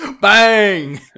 Bang